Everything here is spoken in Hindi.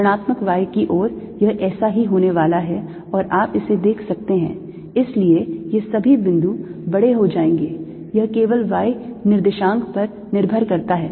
ऋणात्मक y की ओर यह ऐसा ही होने वाला है और आप इसे देख सकते हैं इसलिए ये सभी बिंदु बड़े हो जाएंगे यह केवल y निर्देशांक पर निर्भर करता है